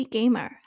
Gamer